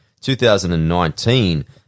2019